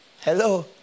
Hello